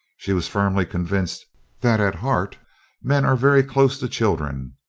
she was firmly convinced that at heart men are very close to children.